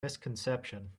misconception